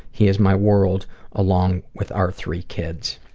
he is my world along with our three kids.